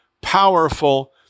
powerful